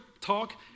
talk